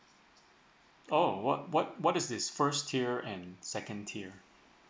oh what what what is this first tier and second tier